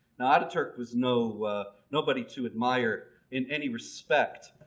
now ataturk was no nobody to admire in any respect.